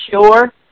sure